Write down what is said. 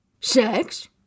Sex